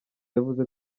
yavuze